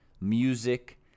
music